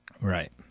Right